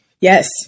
Yes